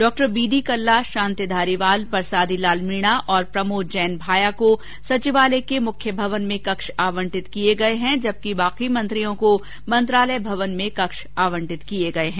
doctor B D Kalla Shanti Dhariwal Parsadi Lal Meena और प्रमोद जैन भाया को सचिवालय के मुख्य भवन में कक्ष आवंटित किये गये जबकि शेष मंत्रियों को मंत्रालय भवन में कक्ष आवंटित किये गये हैं